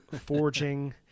forging